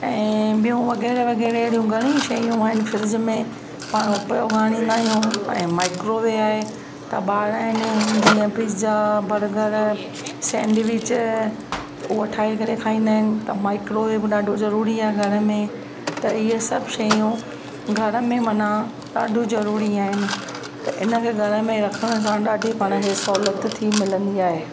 ऐं ॿियू वग़ैरह वग़ैरह अहिड़ियूं घणई शयूं आहिनि फिर्ज में पाण उपयोग आणींदा आहियूं ऐं माइक्रोवेव आहे त ॿार आहिनि जीअं पिज़ा बर्गर सैंडविच त उहा ठाहे करे खाईंदा आहियूं त माइक्रोवेव ॾाढो ज़रूरी आहे घर में त इहे सभु शयूं घर में माना ॾाढो ज़रूरी आहिनि त इन खे घर में रखण सां ॾाढी पाण खे सहूलियत थी मिलंदी आहे